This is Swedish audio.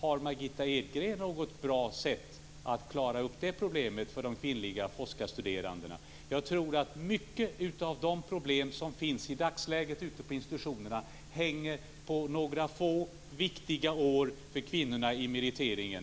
Har Margitta Edgren någon bra lösning för de kvinnliga forskarstuderandena? Jag tror att många av de problem som i dagsläget finns på institutionerna hänger på några få viktiga år för kvinnorna i meriteringen.